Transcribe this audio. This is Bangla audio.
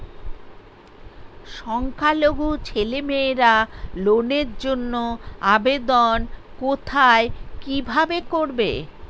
সংখ্যালঘু ছেলেমেয়েরা লোনের জন্য আবেদন কোথায় কিভাবে করবে?